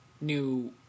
new